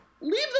Leave